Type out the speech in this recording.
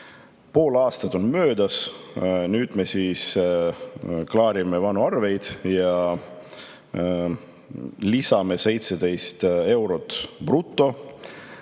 Pool aastat on möödas, nüüd me siis klaarime vanu arveid ja lisame 17 eurot bruto